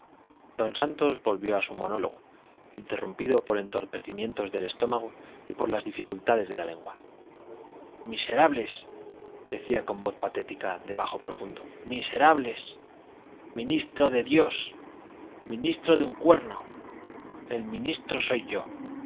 don santos volvió a su monólogo interrumpido por entorpecimientos del estómago y por las dificultades de la lengua miserables decía con voz patética de bajo profundo miserables ministro de dios ministro de un cuerno el ministro soy yo